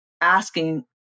asking